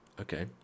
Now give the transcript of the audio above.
Okay